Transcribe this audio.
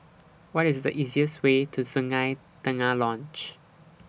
What IS The easiest Way to Sungei Tengah Lodge